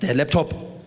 laptop?